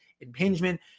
impingement